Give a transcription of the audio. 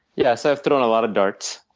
yeah so i've thrown a lot of darts.